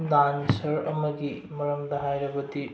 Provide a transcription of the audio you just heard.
dancer ꯑꯃꯒꯤ ꯃꯔꯝꯗ ꯍꯥꯏꯔꯕꯗꯤ